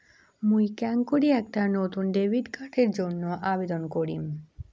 মুই কেঙকরি একটা নতুন ডেবিট কার্ডের জন্য আবেদন করিম?